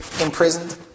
imprisoned